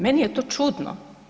Meni je to čudno.